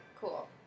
Cool